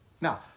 Now